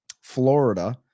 Florida